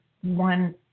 one